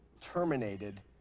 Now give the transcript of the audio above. terminated